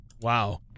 Wow